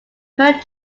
hurt